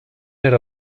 era